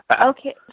Okay